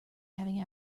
having